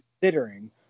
considering